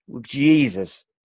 Jesus